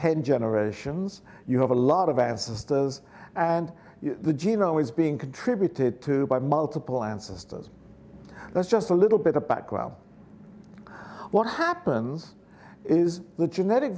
ten generations you have a lot of ancestors and the genome is being contributed to by multiple ancestors that's just a little bit a background what happens is the genetic